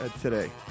today